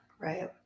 Right